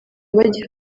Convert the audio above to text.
bagira